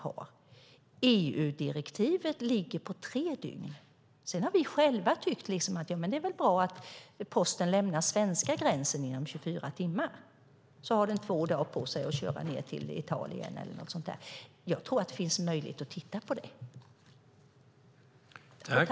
EU-direktivet ligger på tre dygn. Det är vi själva som har sagt att det är bra om posten lämnar den svenska gränsen inom 24 timmar, för då har man två dygn på sig att frakta den till Italien eller vart den nu ska. Jag tror att det finns möjlighet att titta på det.